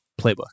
playbook